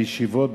בישיבות,